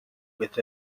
with